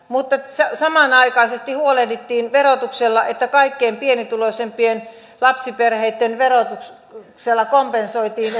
mutta samanaikaisesti huolehdittiin että kaikkein pienituloisimpien lapsiperheitten verotuksella kompensoitiin